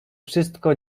wszystko